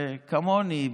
כמוני,